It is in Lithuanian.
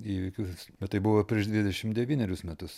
įvykius bet tai buvo prieš dvidešimt devynerius metus